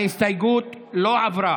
ההסתייגות לא עברה.